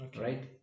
right